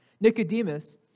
Nicodemus